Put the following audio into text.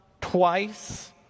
twice